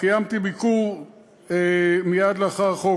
קיימתי ביקור מייד לאחר העברת החוק